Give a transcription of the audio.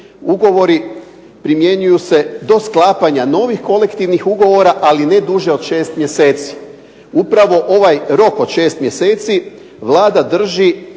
ugovori primjenjuju se do sklapanja novih kolektivnih ugovora, ali ne duže od 6 mjeseci. Upravo ovaj rok od 6 mjeseci Vlada drži